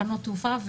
תקנות תעופה,